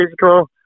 physical